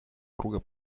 круга